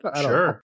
Sure